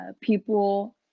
people